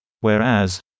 Whereas